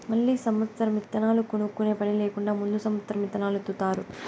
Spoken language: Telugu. మళ్ళీ సమత్సరం ఇత్తనాలు కొనుక్కునే పని లేకుండా ముందు సమత్సరం ఇత్తనాలు ఇత్తుతారు